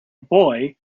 boy